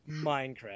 Minecraft